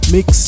Mix